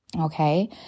Okay